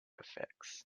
effects